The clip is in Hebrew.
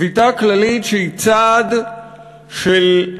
שביתה כללית שהיא צעד של